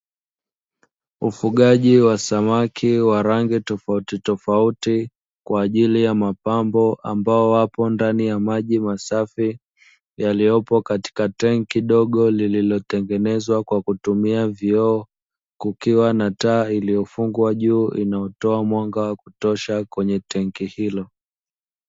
Ufugaji wa samaki wa rangi tofauti tofauti kwa ajili ya mapambo, ambao wapo ndani ya maji masafi yaliyopo katika tenki dogo lililotengenezwa kwa kutumia vioo; kukiwa na taa iliyofungwa juu inayotoa mwanga wa kutosha kwenye tenki hilo.